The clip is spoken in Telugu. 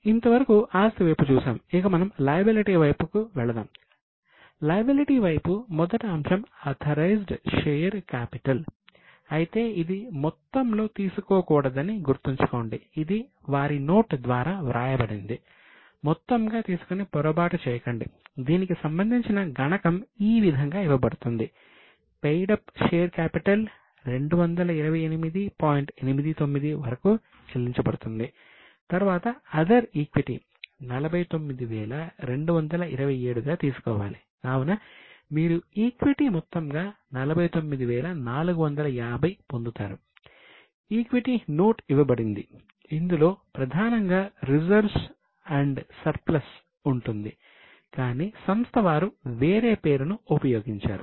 ఇంతవరకు ఆస్తి వైపు చూశాము ఇక మనం లయబిలిటీ ఉంటుంది కాని సంస్థ వారు వేరే పేరును ఉపయోగించారు